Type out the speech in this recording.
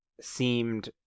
seemed